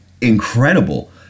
incredible